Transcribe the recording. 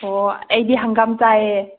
ꯑꯣ ꯑꯩꯗꯤ ꯍꯪꯒꯥꯝ ꯆꯥꯏꯑꯦ